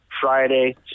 Friday